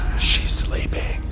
she's sleeping.